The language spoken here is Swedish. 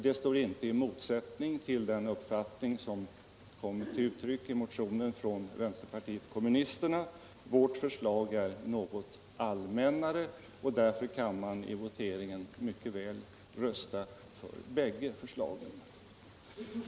Det står inte i motsättning till den uppfattning som kommit till uttryck i motionen från vänsterpartiet kommunisterna. Vårt förslag är något allmännare, och därför kan man i voteringen mycket väl rösta för bägge förslagen.